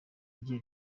rye